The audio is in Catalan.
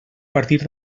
partir